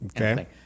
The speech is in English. Okay